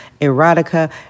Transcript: erotica